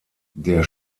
der